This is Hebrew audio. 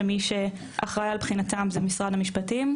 שמי שאחראי על בחינתם זה משרד המשפטים,